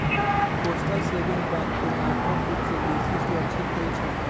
postal saving bank तुलनात्मक रूप से बेशी सुरक्षित होइ छइ